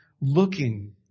looking